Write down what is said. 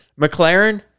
McLaren